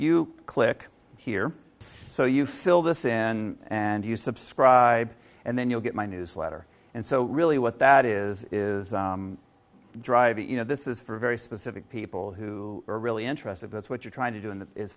you click here so you fill this in and you subscribe and then you'll get my newsletter and so really what that is is driving you know this is for a very specific people who are really interested that's what you're trying to do and that is